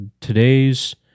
today's